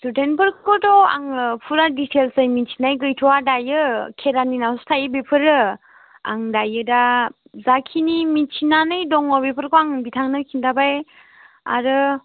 स्टुदेन्टफोरखौथ' आङो फुरा दिटेइलसजों मोनथिनाय गैथ'आ दायो खेरानिनावसो थायो बिफोरो आं दायो दा जाखिनि मोनथिनानै दङ बिफोरखौ आं बिथांनो खिनथाबाय आरो